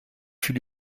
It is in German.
viel